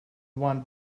one